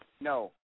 No